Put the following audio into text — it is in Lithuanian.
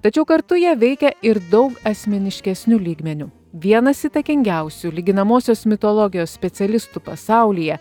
tačiau kartu jie veikia ir daug asmeniškesniu lygmeniu vienas įtakingiausių lyginamosios mitologijos specialistų pasaulyje